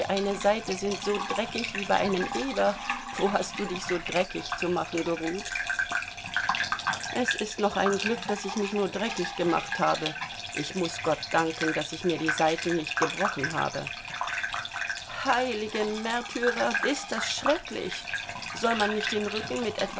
eine seite sind so dreckig wie bei einem eber wo hast du dich so dreckig zu machen geruht es ist noch ein glück daß ich mich nur dreckig gemacht habe ich muß gott danken daß ich mir die seiten nicht gebrochen habe heilige märtyrer ist das schrecklich soll man nicht den rücken mit